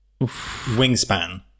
wingspan